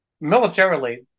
militarily